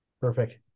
Perfect